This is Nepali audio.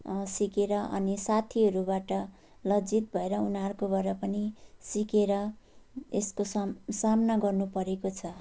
सिकेर अनि साथीहरूबाट लज्जित भएर उनीहरूकोबाट पनि सिकेर यसको साम सामना गर्नुपरेको छ